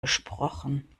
besprochen